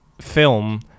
film